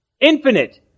Infinite